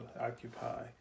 Occupy